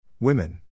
Women